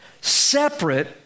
separate